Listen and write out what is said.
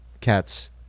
cats